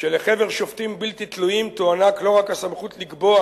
שלחבר שופטים בלתי תלויים תוענק לא רק הסמכות לקבוע,